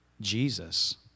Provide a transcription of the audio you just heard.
Jesus